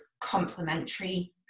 complementary